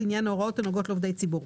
לעניין ההוראות הנוגעות לעובדי ציבור.